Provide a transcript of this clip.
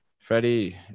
Freddie